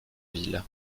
ville